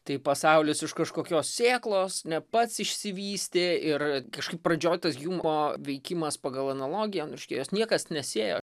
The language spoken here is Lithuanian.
tai pasaulis iš kažkokios sėklos ne pats išsivystė ir kažkaip pradžioj tas hjumo veikimas pagal analogiją nu reiškia jos niekas nesėjo